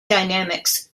dynamics